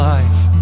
life